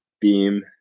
beam